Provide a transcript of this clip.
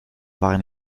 waren